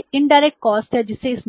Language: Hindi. तो यह इनडायरेक्ट कॉस्ट